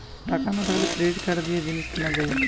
টাকা না থাকলে ক্রেডিট কার্ড দিয়ে জিনিস কিনা যায়